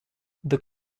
the